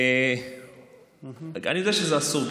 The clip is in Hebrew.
אסור, אסור.